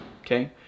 okay